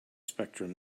spectrum